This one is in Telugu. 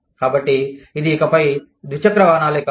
కాబట్టి ఇది ఇకపై ద్విచక్ర వాహనాలే కాదు